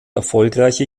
erfolgreiche